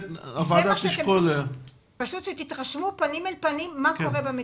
כדי להתרשם פנים אל פנים מה קורה במציאות.